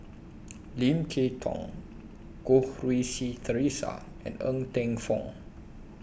Lim Kay Tong Goh Rui Si Theresa and Ng Teng Fong